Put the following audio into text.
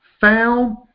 found